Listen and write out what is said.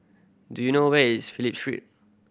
do you know where is Phillip Street